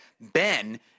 Ben